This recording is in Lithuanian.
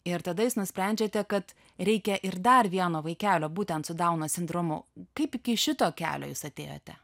ir tada jūs nusprendžiate kad reikia ir dar vieno vaikelio būtent su dauno sindromu kaip iki šito kelio jūs atėjote